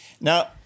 Now